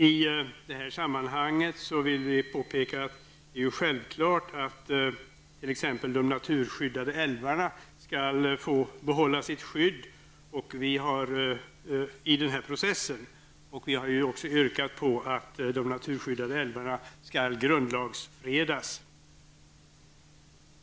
I det här sammanhanget vill vi påpeka att det är självklart att de naturskyddade älvarna skall få behålla sitt skydd i den här processen. Vi har även yrkat att de naturskyddade älvarna skall grundlagsfredas.